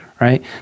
right